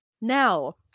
Now